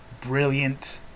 brilliant